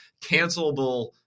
cancelable